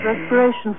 Respiration